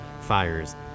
fires